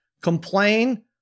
complain